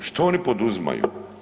Što oni poduzimaju?